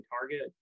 target